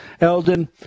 Eldon